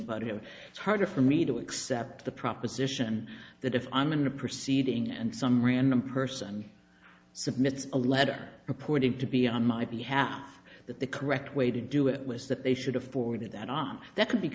about him it's harder for me to accept the proposition that if i'm in a proceeding and some random person submitted a letter reporting to be on my behalf that the correct way to do it was that they should have forwarded that on that c